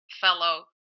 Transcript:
fellow